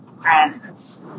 friends